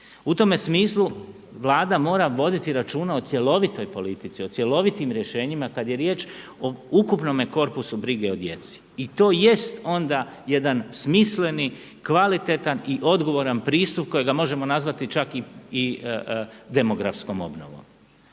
U tome smislu Vlada mora voditi računa o cjelovitoj politici, o cjelovitim rješenjima. Kad je riječ o ukupnome korpusu brige o djeci i to jest onda jedan smisleni, kvalitetan i odgovoran pristup kojega možemo nazvati čak i demografskom obnovom.